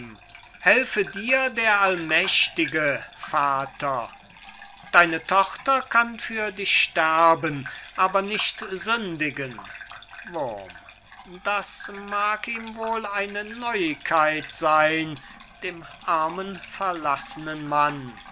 cherubim helfe dir der allmächtige vater deine tochter kann für dich sterben aber nicht sündigen wurm das mag ihm wohl eine neuigkeit sein dem armen verlassenen mann